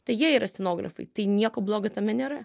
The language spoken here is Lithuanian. tai jie yra scenografai tai nieko blogo tame nėra